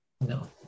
No